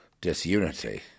disunity